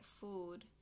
food